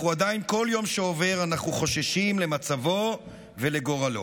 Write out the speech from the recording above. כל יום שעובר אנחנו עדיין חוששים למצבו ולגורלו.